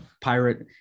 pirate